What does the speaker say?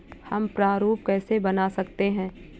हम प्रारूप कैसे बना सकते हैं?